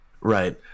Right